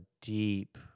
deep